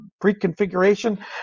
pre-configuration